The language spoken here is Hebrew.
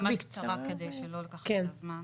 אני אהיה ממש קצרה כדי לא לגזול זמן.